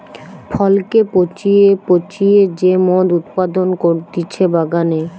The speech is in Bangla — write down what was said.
ফলকে পচিয়ে পচিয়ে যে মদ উৎপাদন করতিছে বাগানে